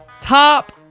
top